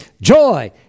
Joy